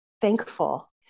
thankful